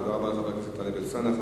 תודה רבה לחבר הכנסת טלב אלסאנע.